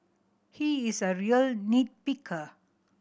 he is a real nit picker